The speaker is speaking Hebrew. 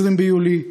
20 ביולי,